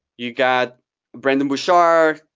you've got brandon bouchard.